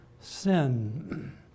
sin